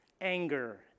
anger